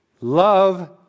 love